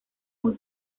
muy